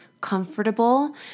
comfortable